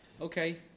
okay